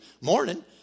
morning